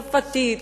צרפתית,